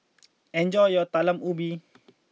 enjoy your Talam Ubi